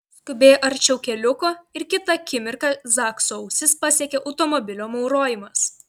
skubėjo arčiau keliuko ir kitą akimirką zakso ausis pasiekė automobilio maurojimas